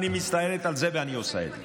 אני מצטערת על זה ואני עושה את זה.